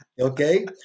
Okay